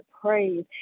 praise